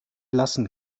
lassen